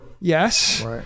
Yes